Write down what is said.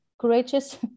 courageous